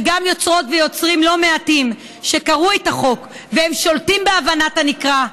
וגם יוצרות ויוצרים לא מעטים שקראו את החוק והם שולטים בהבנת הנקרא,